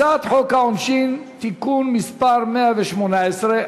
הצעת חוק העונשין (תיקון מס' 118),